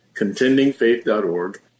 contendingfaith.org